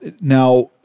now